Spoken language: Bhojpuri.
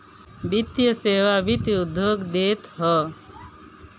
वित्तीय सेवा वित्त उद्योग देत हअ